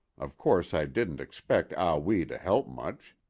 of course i didn't expect ah wee to help much,